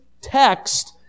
text